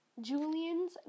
Julian's